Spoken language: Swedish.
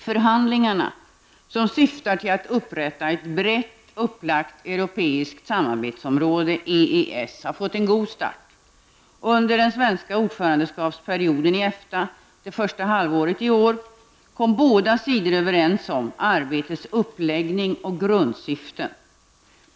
Förhandlingarna, som syftar till att upprätta ett brett upplagt europeiskt samarbetsområde, EES, har fått en god start. Under den svenska ordförandeskapsperioden i EFTA -- det första halvåret i år -- kom båda sidor överens om arbetets uppläggning och grundsyften.